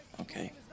Okay